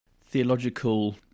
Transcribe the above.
theological